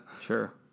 sure